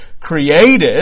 created